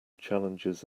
challenges